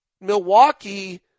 Milwaukee